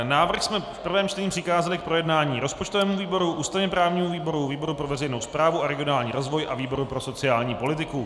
Návrh jsme v prvém čtení přikázali k projednání rozpočtovému výboru, ústavněprávnímu výboru, výboru pro veřejnou správu a regionální rozvoj a výboru pro sociální politiku.